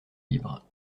libres